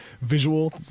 visual